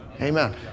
Amen